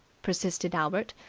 persisted albert.